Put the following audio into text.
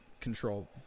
control